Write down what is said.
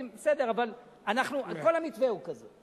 בסדר, אבל כל המתווה הוא כזה.